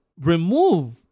remove